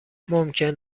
ممکن